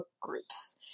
groups